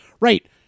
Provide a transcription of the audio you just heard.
right